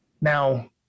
Now